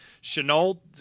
Chenault